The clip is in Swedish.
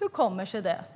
Hur kommer det